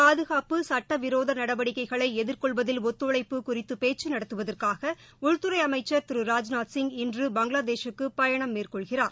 பாதுகாப்பு சட்டவிரோதநடவடிக்கைகளைஎதிர்கொள்வதில் ஒத்துழைப்பு குறித்துபேச்கநடத்துவதற்காக உள்துறைஅமைச்சர் திரு ராஜ்நாத் சிப் இன்று பங்களாதேஷ்சுக்குபயணம் மேற்கொள்கிறார்